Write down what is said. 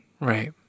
right